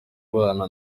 abana